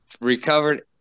Recovered